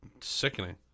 sickening